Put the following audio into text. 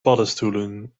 paddenstoelen